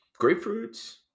grapefruits